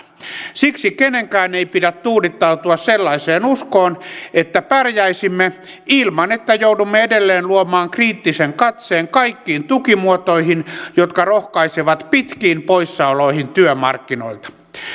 siksi kenenkään ei pidä tuudittautua sellaiseen uskoon että pärjäisimme ilman että joudumme edelleen luomaan kriittisen katseen kaikkiin tukimuotoihin jotka rohkaisevat pitkiin poissaoloihin työmarkkinoilta